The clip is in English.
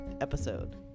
Episode